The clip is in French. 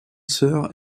sœur